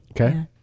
Okay